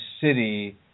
city